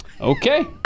Okay